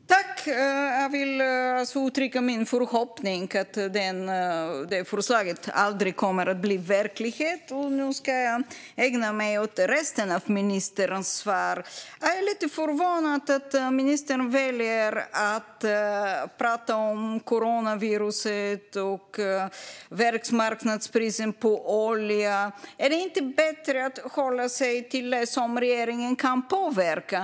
Fru talman! Jag vill uttrycka min förhoppning att förslaget aldrig kommer att bli verklighet. Nu ska jag ägna mig åt resten av ministerns svar. Jag är lite förvånad över att ministern väljer att tala om coronaviruset och världsmarknadspriset på olja. Är det inte bättre att hålla sig till det som regeringen kan påverka?